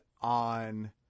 on